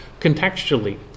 contextually